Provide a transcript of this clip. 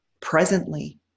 presently